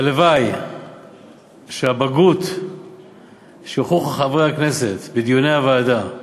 הלוואי שהבגרות שהוכיחו חברי הכנסת בדיוני הוועדה,